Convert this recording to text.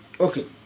Okay